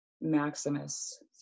Maximus